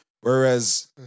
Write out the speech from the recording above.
Whereas